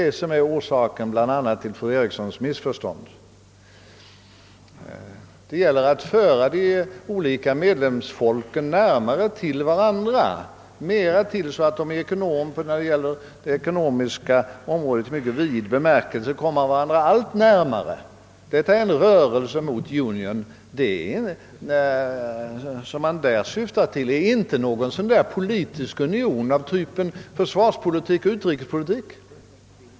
detta som är orsaken till fru Erikssons missförstånd. Det gäller att föra de olika medlemsfolken närmare varandra på det ekonomiska området i mycket vid bemärkelse. Den rörelse mot »union» som man därvid åsyftar gäller inte någon politisk union av den typ om innefattar försvarspolitik och utrikespolitik.